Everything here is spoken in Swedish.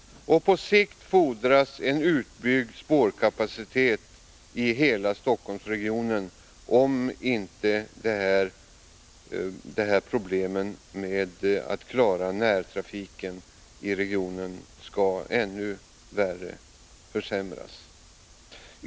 På sikt erfordras en utbyggd spårkapacitet i hela Stockholmsregionen, om inte problemen att klara närtrafiken i regionen skall förvärras ännu mer.